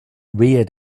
reared